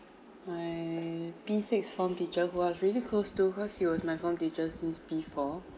my P six form teacher who I was really close to her she was my form teachers since P four